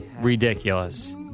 Ridiculous